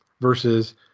versus